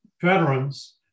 veterans